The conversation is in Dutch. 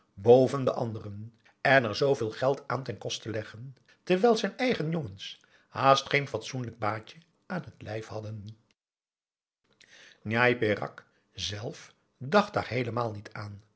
ps maurits anderen en er zooveel geld aan ten koste leggen terwijl zijn eigen jongens haast geen fatsoenlijk baadje aan het lijf hadden njai peraq zelf dacht daar heelemaal niet aan